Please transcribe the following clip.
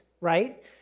right